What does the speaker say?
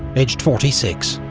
aged forty six.